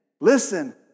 Listen